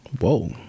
whoa